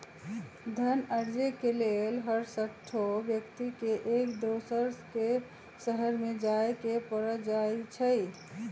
धन अरजे के लेल हरसठ्हो व्यक्ति के एक दोसर के शहरमें जाय के पर जाइ छइ